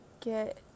get